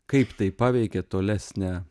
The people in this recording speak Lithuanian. kaip tai paveikė tolesnę